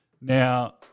Now